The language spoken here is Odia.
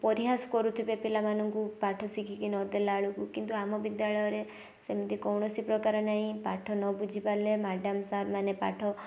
ପରିହାସ କରୁଥିବେ ପିଲାମାନଙ୍କୁ ପାଠ ଶିଖିକି ନଦେଲା ବେଳକୁ କିନ୍ତୁ ଆମ ବିଦ୍ୟାଳୟରେ ସେମିତି କୌଣସି ପ୍ରକାର ନାହିଁ ପାଠ ନବୁଝି ପାରିଲେ ମ୍ୟାଡ଼ାମ ସାରମାନେ ପାଠ